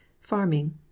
Farming